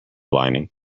lining